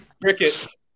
Crickets